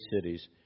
cities